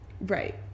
Right